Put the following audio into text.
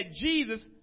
Jesus